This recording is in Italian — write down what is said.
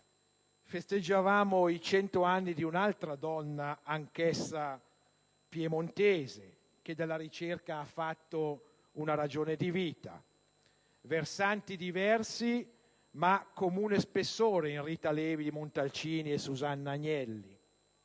festeggiato i 100 anni di un'altra donna, anch'essa piemontese, che della ricerca ha fatto una ragione di vita. Versanti diversi, ma comune spessore in Rita Levi-Montalcini e Susanna Agnelli,